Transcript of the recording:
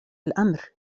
الأمر